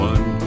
One